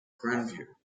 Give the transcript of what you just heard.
grandview